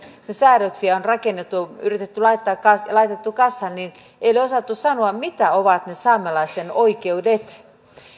säädöksiä on rakennettu ja yritetty laittaa kasaan ei olla osattu sanoa mitä ovat ne saamelaisten oikeudet